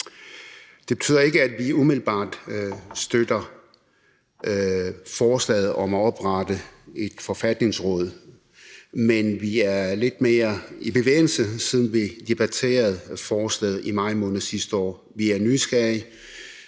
Det betyder ikke, at vi umiddelbart støtter forslaget om at oprette et forfatningsråd, men vi er kommet lidt mere i bevægelse, siden vi debatterede forslaget i maj måned sidste år. Vi er nysgerrige,